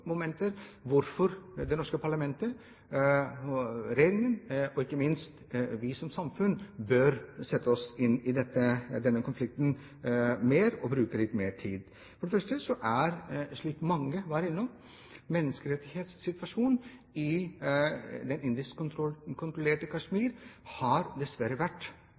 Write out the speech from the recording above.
hvorfor det norske parlamentet, regjeringen og ikke minst vi som samfunn bør sette oss bedre inn i denne konflikten og bruke litt mer tid på den. For det første, slik mange har vært innom, har menneskerettssituasjonen i det indisk kontrollerte Kashmir dessverre vært